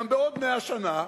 גם בעוד 100 שנה,